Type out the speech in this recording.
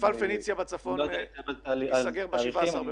מפעל "פניציה" בצפון ייסגר ב-17 במאי.